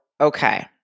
okay